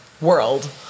world